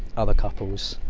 other couples.